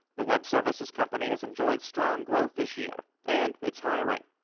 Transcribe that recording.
the web services company has enjoyed strong growth this year. and it's hiring.